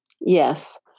Yes